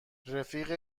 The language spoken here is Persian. رفیق